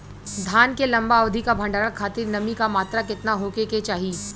धान के लंबा अवधि क भंडारण खातिर नमी क मात्रा केतना होके के चाही?